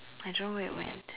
I don't know where it went